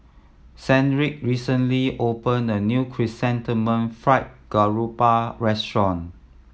Sedrick recently opened a new Chrysanthemum Fried Garoupa restaurant